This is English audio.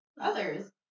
Others